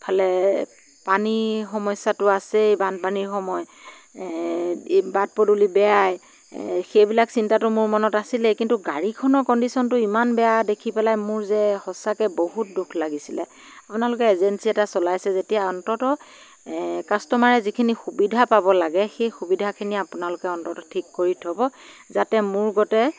ইফালে পানীৰ সমস্যাটো আছেই বানপানীৰ সময় বাট পদূলি বেয়াই সেইবিলাক চিন্তাটো মোৰ মনত আছিলেই কিন্তু গাড়ীখনৰ কনডিচনটো ইমান বেয়া দেখি পেলাই মোৰ যে সঁচাকৈ বহুত দুখ লাগিছিলে আপোনালোকে এজেঞ্চী এটা চলাইছে যেতিয়া অন্ততঃ কাষ্টমাৰে যিখিনি সুবিধা পাব লাগে সেই সুবিধাখিনি আপোনালোকে অন্ততঃ ঠিক কৰি থ'ব যাতে মোৰ গতে